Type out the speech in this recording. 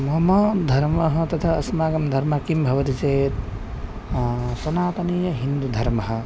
मम धर्मः तथा अस्माकं धर्मः कः भवति चेत् सनातनीयहिन्दुधर्मः